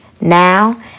Now